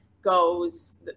Goes